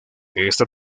esta